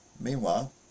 meanwhile